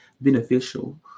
beneficial